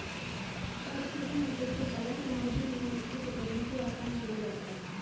estuarine मत्स्य पालन समुंदर में मछली पकड़ने से आसान माना जाता है